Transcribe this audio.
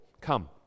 come